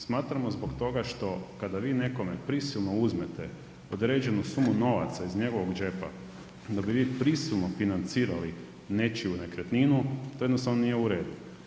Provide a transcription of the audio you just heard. Smatramo zbog toga što kada vi nekome prisilno uzmete određenu sumu novaca iz njegovog džepa da bi vi prisilno financirali nečiju nekretninu to jednostavno nije u redu.